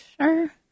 sure